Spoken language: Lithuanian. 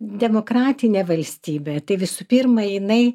demokratinė valstybė tai visų pirma jinai